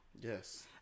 yes